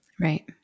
Right